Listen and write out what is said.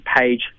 page